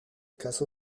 caso